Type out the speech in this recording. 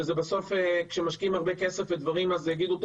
כי כשמשקיעים הרבה כסף ודברים אז יגידו,